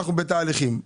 אנחנו בתהליכים".